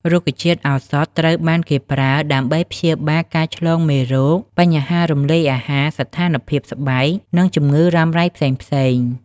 រុក្ខជាតិឱសថត្រូវបានគេប្រើដើម្បីព្យាបាលការឆ្លងមេរោគ បញ្ហារំលាយអាហារ ស្ថានភាពស្បែក និងជំងឺរ៉ាំរ៉ៃផ្សេងៗ។